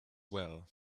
well